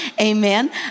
Amen